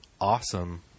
awesome